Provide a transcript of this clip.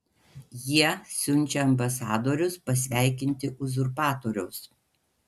jie siunčia ambasadorius pasveikinti uzurpatoriaus